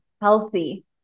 healthy